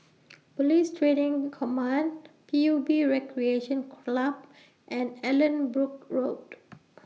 Police Training Command P U B Recreation Club and Allanbrooke Road